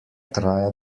traja